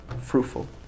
fruitful